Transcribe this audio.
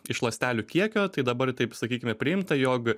iš ląstelių kiekio tai dabar taip sakykime priimta jog